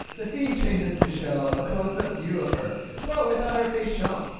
the scene changes to show a close-up view of her but without her face shown